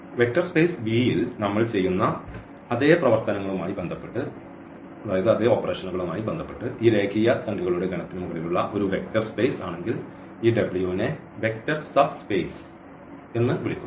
vector space V ൽ നമ്മൾ ചെയ്യുന്ന അതേ പ്രവർത്തനങ്ങളുമായി ബന്ധപ്പെട്ട് ഈ രേഖീയ സംഖ്യകളുടെ ഗണത്തിന് മുകളിലുള്ള ഒരു വെക്റ്റർ സ്പേസ് ആണെങ്കിൽ ഈ W നെ വെക്റ്റർ സബ് സ്പേസ് എന്ന് വിളിക്കുന്നു